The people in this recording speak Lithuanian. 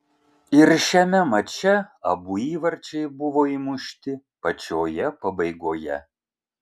ir šiame mače abu įvarčiai buvo įmušti pačioje pabaigoje